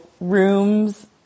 rooms